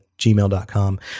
gmail.com